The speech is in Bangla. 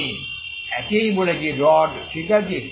আমি একেই বলছি রড ঠিক আছে